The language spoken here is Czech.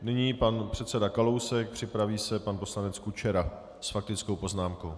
Nyní pan předseda Kalousek, připraví se pan poslanec Kučera s faktickou poznámkou.